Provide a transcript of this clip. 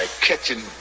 catching